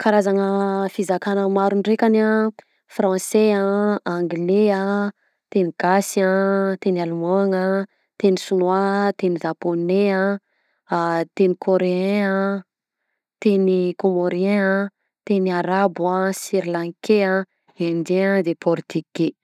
Karazana fizakana maro ndrekany a franse a, angle a, teny gasy a, teny alIemand-gna a, teny chinois a, teny zaponais a, a teny coreen a, teny comorien a, teny arabo a, srilankai a, indien a, de portuge.